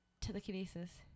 telekinesis